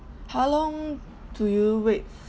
how long do you wait